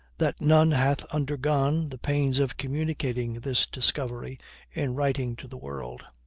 that none hath undergone the pains of communicating this discovery in writing to the world.